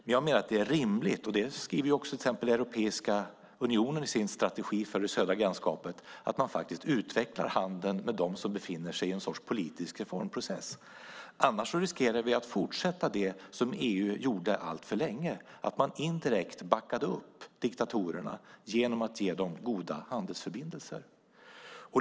Men jag menar att det är rimligt, och det skriver också till exempel Europeiska unionen i sin strategi för det södra grannskapet, att man utvecklar handeln med dem som befinner i en sorts politisk reformprocess. Annars riskerar vi att fortsätta det som EU gjorde alltför länge då man indirekt backade upp diktatorerna genom att ge dem goda handelsförbindelser.